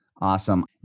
Awesome